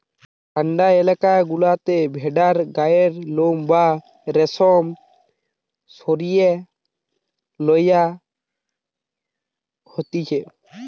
ঠান্ডা এলাকা গুলাতে ভেড়ার গায়ের লোম বা রেশম সরিয়ে লওয়া হতিছে